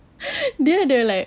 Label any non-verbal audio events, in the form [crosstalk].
[breath] there they like